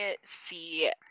see